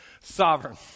Sovereign